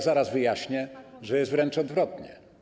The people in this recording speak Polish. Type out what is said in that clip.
Zaraz wyjaśnię, że jest wręcz odwrotnie.